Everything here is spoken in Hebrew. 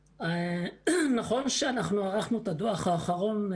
נכון שאנחנו ערכנו את הדוח האחרון,